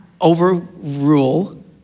overrule